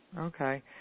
Okay